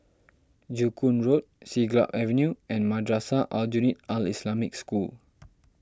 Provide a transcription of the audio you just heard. Joo Koon Road Siglap Avenue and Madrasah Aljunied Al Islamic School